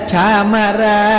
Chamara